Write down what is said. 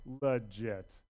legit